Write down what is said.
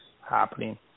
happening